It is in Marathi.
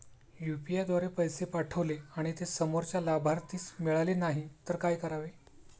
यु.पी.आय द्वारे पैसे पाठवले आणि ते समोरच्या लाभार्थीस मिळाले नाही तर काय करावे?